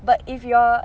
but if you are